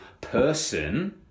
person